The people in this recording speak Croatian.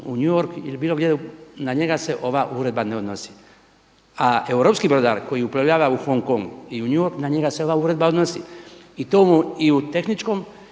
u New York ili bilo gdje na njega se ova uredba ne odnosi, a europski brodar koji uplovljava u Hong Kong i u New York na njega se ova Uredba odnosi i to u tehničkom,